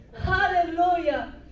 hallelujah